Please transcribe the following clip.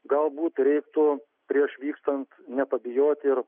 galbūt reiktų prieš vykstant nepabijoti ir